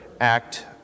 act